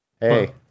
Hey